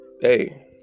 hey